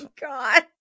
god